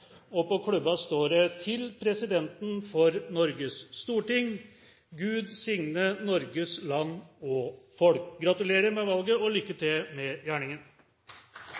På klubben står det: «Til presidenten for Norges Storting. Gud signe Norges land og folk.» Gratulerer med valget, og lykke til med gjerningen!